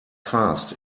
fast